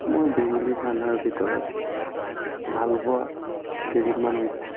মই বেংগলী খানাৰ ভিতৰত ভালপোৱা কেইবিধমান হৈছে